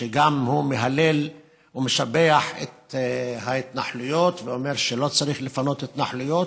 שגם הוא מהלל ומשבח את ההתנחלויות ואומר שלא צריך לפנות התנחלויות,